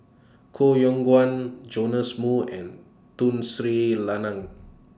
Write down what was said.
Koh Yong Guan Joash Moo and Tun Sri Lanang